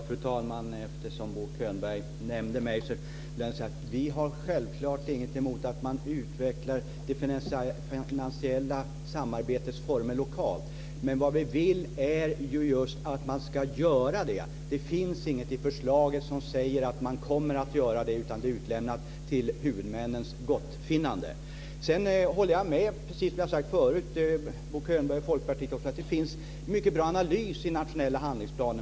Fru talman! Eftersom Bo Könberg nämnde mig vill jag säga att vi självklart inte har något emot att man utvecklar det finansiella samarbetets former lokalt. Men vad vi vill är ju just att man ska göra det. Det finns inget i förslaget som säger att man kommer att göra det utan det är utlämnat till huvudmännens gottfinnande. Sedan håller jag, precis som jag har sagt förut, med Bo Könberg och Folkpartiet om att det finns mycket bra analys i den nationella handlingsplanen.